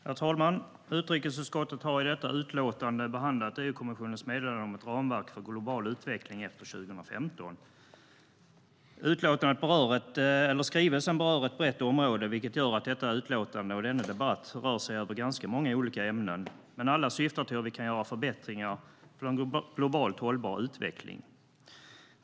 Herr talman! Utrikesutskottet har i detta utlåtande behandlat EU-kommissionens meddelande om ett ramverk för global utveckling efter 2015. Skrivelsen berör ett brett område. Det gör att detta utlåtande och denna debatt rör sig över ganska många olika ämnen, men alla syftar till att vi ska kunna göra förbättringar för en globalt hållbar utveckling.